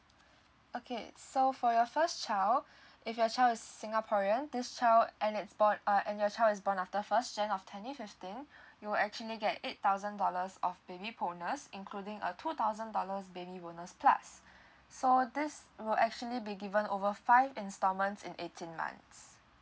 okay so for your first child if your child is singaporean this child and it's born uh and your child is born after first jan of twenty fifteen you will actually get eight thousand dollars of baby bonus including a two thousand dollars baby bonus plus so this will actually be given over five installments in eighteen months